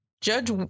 judge